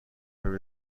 کنم